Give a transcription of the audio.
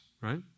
right